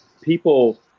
people